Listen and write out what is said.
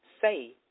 Say